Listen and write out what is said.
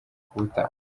kuwutanga